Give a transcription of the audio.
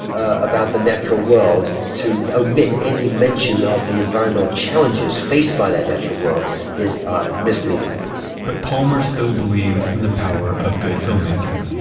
about the natural world to omit any mention of the environmental challenges faced by their natural world is misleading but palmer still believes in the power of good filmmaking.